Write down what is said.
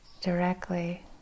directly